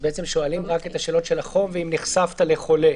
שואלים רק את השאלות של החום והם נחשפת לחולה.